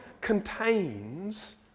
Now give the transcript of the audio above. contains